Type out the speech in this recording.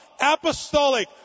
apostolic